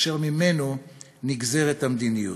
אשר ממנו נגזרת המדיניות.